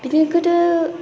बिदिनो गोदो